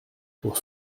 pour